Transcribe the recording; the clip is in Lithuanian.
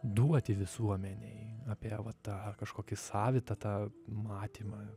duoti visuomenei apie tą kažkokį savitą tą matymą